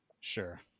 Sure